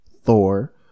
Thor